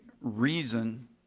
reason